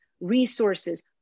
resources